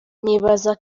nibaza